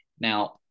Now